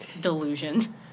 delusion